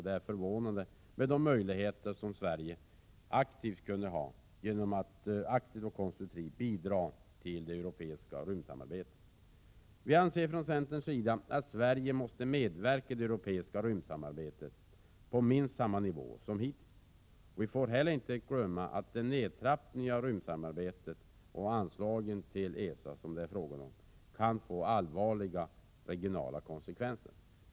Det är förvånande med tanke på de möjligheter som Sverige skulle kunna ha att aktivt och konstruktivt bidra till det europeiska rymdsamarbetet. Vi anser från centerns sida att Sverige måste medverka i det europeiska rymdsamarbetet på minst samma nivå som hittills. Vi får inte heller glömma att en nedtrappning av rymdsamarbetet och de minskade anslagen till ESA som det är fråga om kan få allvarliga regionala konsekvenser.